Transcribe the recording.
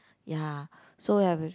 ya so we have